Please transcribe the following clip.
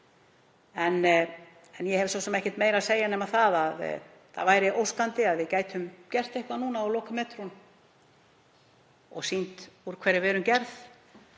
Ég hef svo sem ekkert meira að segja nema það væri óskandi að við gætum gert eitthvað núna á lokametrunum og sýnt úr hverju við erum gerð,